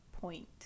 point